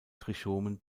trichomen